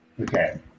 Okay